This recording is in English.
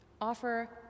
offer